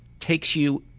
takes you